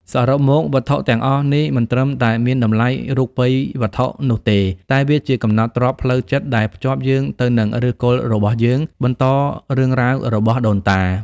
សរុបមក វត្ថុទាំងអស់នេះមិនត្រឹមតែមានតម្លៃរូបិយវត្ថុនោះទេ តែវាជា កំណប់ទ្រព្យផ្លូវចិត្ត ដែលភ្ជាប់យើងទៅនឹងឫសគល់របស់យើង បន្តរឿងរ៉ាវរបស់ដូនតា។